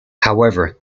however